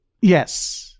Yes